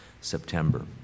September